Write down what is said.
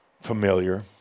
familiar